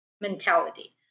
mentality